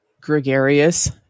gregarious